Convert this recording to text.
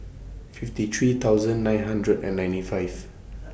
fifty three thousand nine hundred and ninety five